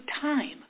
time